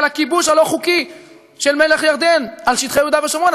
הכיבוש הלא-חוקי של מלך ירדן על שטחי יהודה ושומרון.